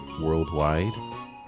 worldwide